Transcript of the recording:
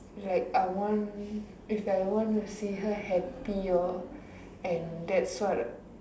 like I want is like I want to see her happy or and that's what